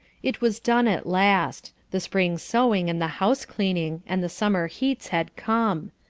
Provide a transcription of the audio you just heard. it was done at last the spring sewing and the house cleaning, and the summer heats had come.